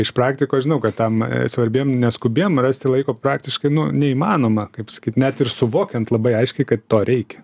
iš praktikos žinau kad tam svarbiem neskubiem rasti laiko praktiškai neįmanoma kaip sakyt net ir suvokiant labai aiškiai kad to reikia